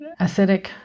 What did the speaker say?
acidic